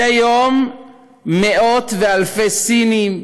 מדי יום מאות ואלפי סינים,